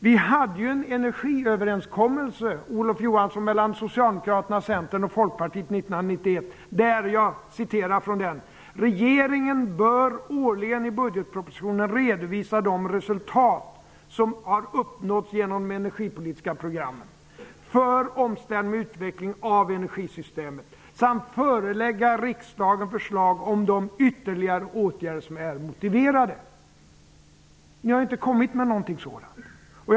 Vi hade en energiöverenskommelse mellan 1991, där det sades: Regeringen bör årligen i budgetpropositionen redovisa de resultat som har uppnåtts genom energipolitiska program, för omställning och utveckling av energisystem, samt förelägga riksdagen förslag om de ytterligare åtgärder som är motiverade. Ni har ju inte kommit med någonting sådant.